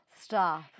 Stop